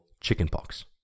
chickenpox